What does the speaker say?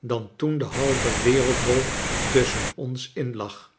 dan toen de halve wereldbol tusschen ons in lag